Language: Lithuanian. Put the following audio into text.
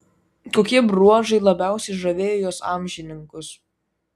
kokie bruožai labiausiai žavėjo jos amžininkus